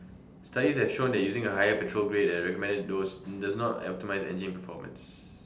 studies have shown that using A higher petrol grade than recommended dose does not optimise engine performance